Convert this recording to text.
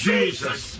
Jesus